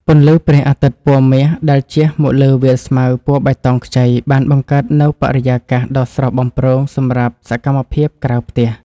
ពន្លឺព្រះអាទិត្យពណ៌មាសដែលជះមកលើវាលស្មៅពណ៌បៃតងខ្ចីបានបង្កើតនូវបរិយាកាសដ៏ស្រស់បំព្រងសម្រាប់សកម្មភាពក្រៅផ្ទះ។